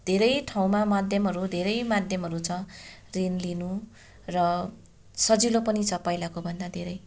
धेरै ठाउँमा माध्यमहरू धेरै माध्यमहरू छ ऋण लिनु र सजिलो पनि छ पहिलाको भन्दा धेरै